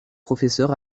professeur